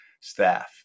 staff